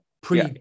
pre